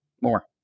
more